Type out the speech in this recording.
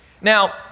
Now